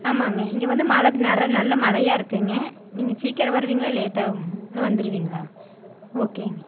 ஆமாங்க இங்கே வந்து மழை நற நல்லா மழையா இருக்குதுங்க நீங்கள் சீக்கிரம் வருவீங்களா லேட்டா ஆகுங்களா வந்துருவீங்களா ஓகேங்க